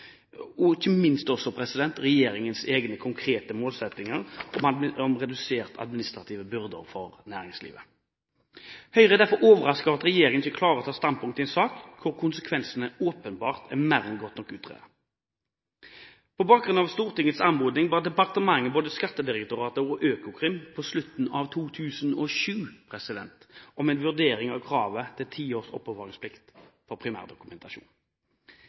og ikke minst en enstemmig opposisjon samt regjeringens egne konkrete målsetting om reduserte administrative byrder for næringslivet. Høyre er derfor overrasket over at regjeringen ikke klarer å ta standpunkt i en sak hvor konsekvensene åpenbart er mer enn godt nok utredet. På bakgrunn av Stortingets anmodning ba departementet både Skattedirektoratet og Økokrim ved slutten av 2007 om en vurdering av kravet om ti års oppbevaringsplikt for primærdokumentasjon.